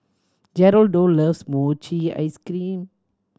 Geraldo loves mochi ice cream